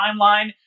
timeline